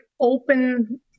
open